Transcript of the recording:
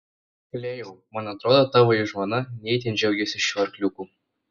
klėjau man atrodo tavoji žmona ne itin džiaugiasi šiuo arkliuku